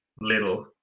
little